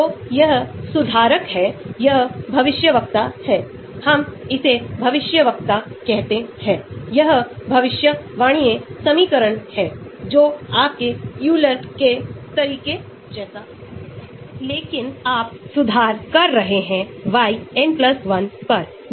तो R एक प्रतिस्थापन के रेजोनेंस प्रभाव को परिमाणित करता है F एक उपप्रकार के प्रेरक प्रभावों को परिमाणित करता है जिसे रेजोनेंस कहते हैं और दूसरे को प्रेरक कहा जाता है जैसे मैंने आपको यहां दिखाया है